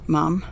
Mom